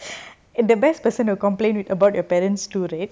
and the best person to complain with about your parents too right